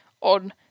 on